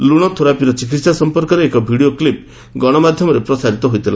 ଲୁଶ ଥେରାପିର ଚିକିହା ସଂପର୍କରେ ଏକ ଭିଡ଼ିଓ କୁପ୍ ଗଣମାଧ୍ୟମରେ ପ୍ରସାରିତ ହୋଇଥିଲା